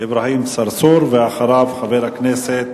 אברהים צרצור, ואחריו, חבר הכנסת